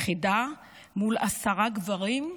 יחידה מול עשרה גברים,